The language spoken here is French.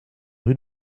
rue